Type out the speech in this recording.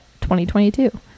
2022